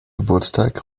geburtstag